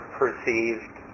perceived